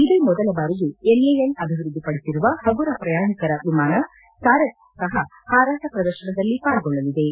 ಇದೇ ಮೊದಲ ಬಾರಿಗೆ ಎನ್ಎಎಲ್ ಅಭಿವೃದ್ಧಿಪಡಿಸಿರುವ ಹಗುರ ಪ್ರಯಾಣಿಕರ ವಿಮಾನ ಸಾರಸ್ ಸಹ ಹಾರಾಟ ಪ್ರದರ್ಶನದಲ್ಲಿ ಭಾಗಿಯಾಗಲಿವೆ